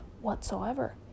whatsoever